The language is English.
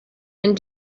and